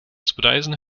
spoedeisende